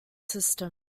system